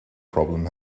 problem